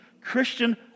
Christian